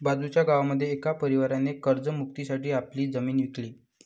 बाजूच्या गावामध्ये एका परिवाराने कर्ज मुक्ती साठी आपली जमीन विकली